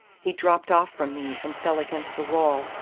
he dropped off from me, and fell against the wall,